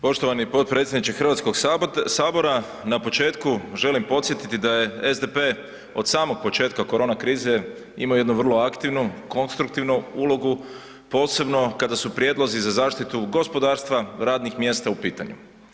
Poštovani potpredsjedniče Hrvatskog sabora, na početku želim podsjetiti da je SDP od samog početka korona krize imao jednu vrlo aktivnu, konstruktivnu ulogu posebno kada su prijedlozi za zaštitu gospodarstva, radnih mjesta u pitanju.